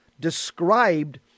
described